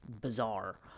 bizarre